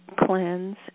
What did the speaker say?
cleanse